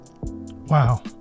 wow